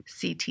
CT